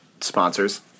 sponsors